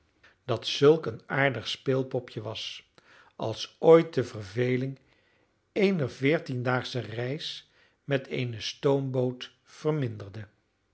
dat zulk een aardig speelpopje was als ooit de verveling eener veertiendaagsche reis met eene stoomboot verminderde